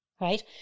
right